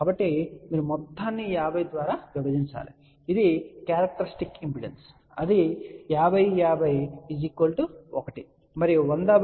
కాబట్టి మీరు ఈ మొత్తాన్ని 50 ద్వారా విభజించండి ఇది క్యారెక్టరస్టిక్ ఇంపిడెన్స్ అది 5050 1 మరియు 10050 2 ను ఇస్తుంది